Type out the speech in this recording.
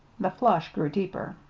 the flush grew deeper.